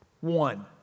one